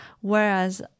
Whereas